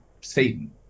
Satan